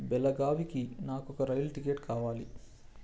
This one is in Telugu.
బెలగావికి నాకొక రైల్ టికెట్ కావాలి